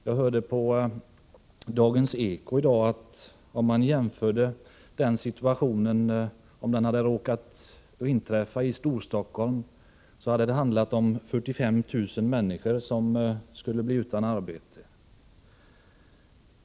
Jag hörde på Dagens Eko i dag att om samma situation hade inträffat i Storstockholm, då hade 45 000 människor blivit utan arbete.